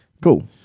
Cool